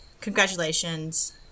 congratulations